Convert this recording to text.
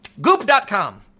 goop.com